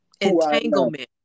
entanglement